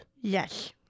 Yes